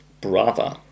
brother